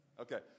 Okay